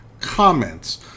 comments